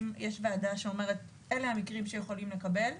אם יש ועדה שאומרת שאלה המקרים שיכולים לקבל,